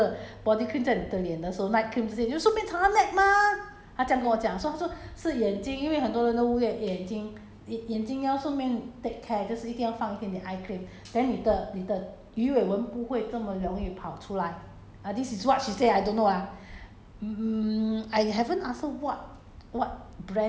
then 我有问她说 neck leh 她讲 neck 你不是每天都有擦你擦那个 body cream 在你的脸的时候 night cream 这些你就顺便擦 neck mah 她这样跟我讲说她说是眼睛因为很多人都忽略眼睛眼眼睛要顺便 take care 就是一定要放一点点 eye cream then 你的你的鱼尾纹不会这么容易跑出来 uh this is what she say I don't know ah